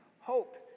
Hope